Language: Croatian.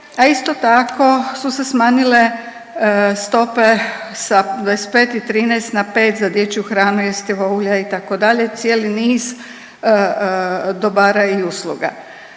a isto tako su se smanjile stope sa 25 i 13 na 5, za dječju hranu, jestiva ulja, itd., cijeli niz dobara i usluga.